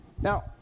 Now